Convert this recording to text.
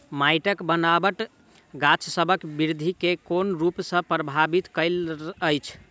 माइटक बनाबट गाछसबक बिरधि केँ कोन रूप सँ परभाबित करइत अछि?